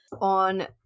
on